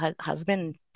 husband